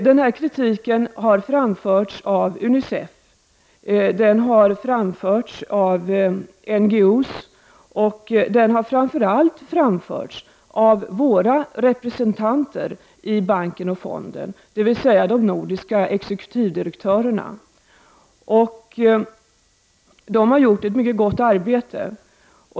Denna kritik har framförts av UNICEF, NGO och framför allt av våra representanter i banken och fonden, dvs. de nordiska exekutivdirektörerna. De har gjort ett mycket gott arbete.